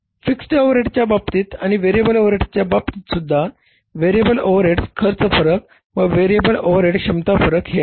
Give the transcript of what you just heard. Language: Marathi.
फिक्स्ड ओव्हरहेडच्या बाबतीत आणि व्हेरिएबल ओव्हरहेडच्या बाबतीतसुद्धा व्हेरिएबल ओव्हरहेड खर्च फरक व व्हेरिएबल ओव्हरहेड क्षमता फरक हे आहेत